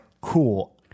cool